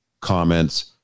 comments